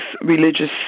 religious